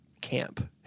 camp